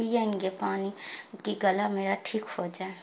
پئیں گے پانی کہ گلا میرا ٹھیک ہو جائے